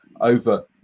over